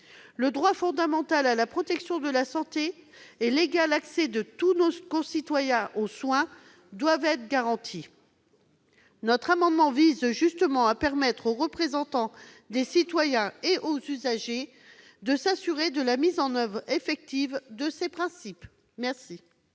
Le droit fondamental à la protection de la santé et l'égal accès de tous nos concitoyens aux soins doivent être garantis. Notre amendement vise à permettre aux représentants des citoyens et aux usagers de s'assurer de la mise en oeuvre effective de ces principes. Quel